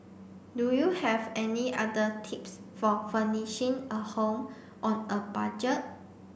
do you have any other tips for furnishing a home on a budget